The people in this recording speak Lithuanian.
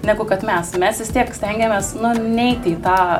negu kad mes mes vis tiek stengiamės nu neiti į tą